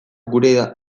gure